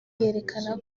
yerekana